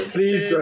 Please